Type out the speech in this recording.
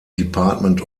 department